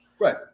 Right